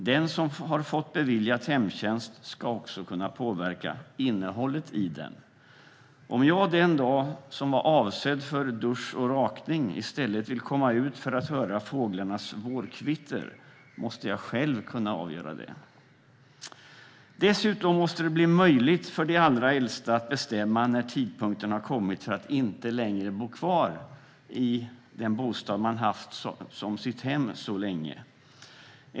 Den som fått hemtjänst beviljad ska också kunna påverka innehållet i den. Om jag den dag som var avsedd för dusch och rakning i stället vill komma ut för att höra fåglarnas vårkvitter måste jag själv kunna få avgöra det. Dessutom måste det bli möjligt för de allra äldsta att bestämma när tidpunkten har kommit för att inte längre bo kvar i den bostad man haft som sitt hem så länge.